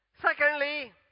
Secondly